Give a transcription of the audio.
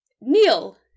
kneel